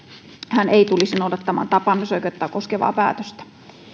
hän ei tulisi noudattamaan tapaamisoikeutta koskevaa päätöstä